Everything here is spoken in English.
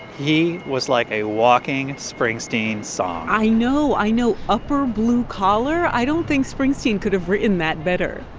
he was like a walking springsteen song i know. i know. upper blue-collar i don't think springsteen could have written that better